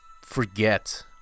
forget